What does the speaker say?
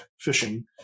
fishing